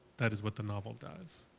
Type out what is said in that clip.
that is what the novel does.